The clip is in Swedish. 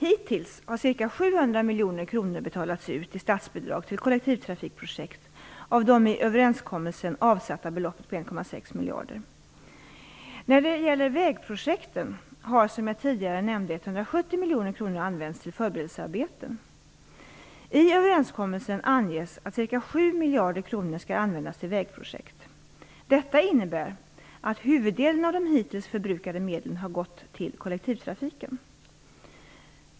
Hittills har ca 700 miljoner kronor betalats ut i statsbidrag till kollektivtrafikprojekt av det i överenskommelsen avsatta beloppet på 1,6 miljarder kronor. När det gäller vägprojekten har som jag tidigare nämnde 170 miljoner kronor använts till förberedelsearbeten. I överenskommelsen anges att ca 7 miljarder kronor skall användas till vägprojekt. Detta innebär att huvuddelen av de hittills förbrukade medlen har gått till kollektivtrafiken.